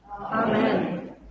Amen